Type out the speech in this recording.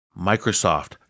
Microsoft